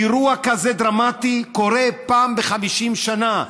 אירוע כזה דרמטי קורה פעם ב-50 שנה.